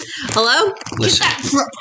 hello